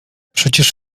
przecież